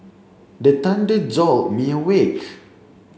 the thunder jolt me awake